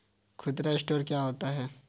खुदरा स्टोर क्या होता है?